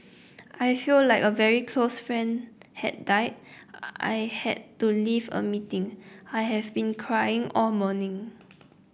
I feel like a very close friend had died I had to leave a meeting I have been crying all morning